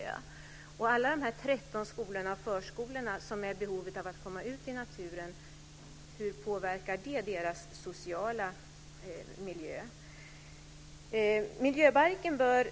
Jag tänker på barnen i de 13 skolorna och förskolorna, som är i behov av att komma ut i naturen. Hur påverkar detta deras sociala miljö? Miljöbalken bör,